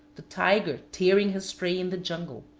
the tiger tearing his prey in the jungle,